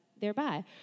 thereby